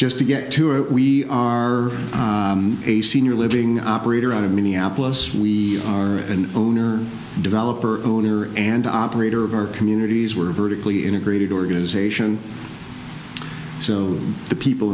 just to get to where we are a senior living operator out of minneapolis we are an owner developer owner and operator of our communities were vertically integrated organization so the people